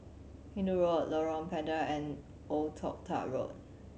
Hindoo Road Lorong Pendek and Old Toh Tuck Road